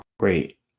Great